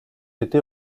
été